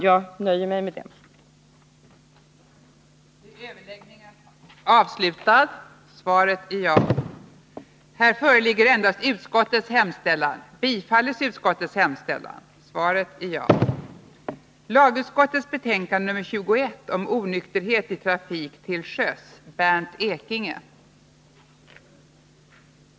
Jag nöjer mig med detta.